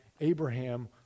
Abraham